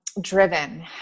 driven